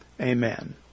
Amen